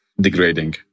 degrading